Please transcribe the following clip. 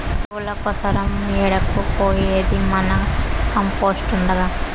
ఎరువుల కోసరం ఏడకు పోయేది మన కంపోస్ట్ ఉండగా